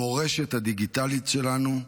המורשת הדיגיטלית שלנו,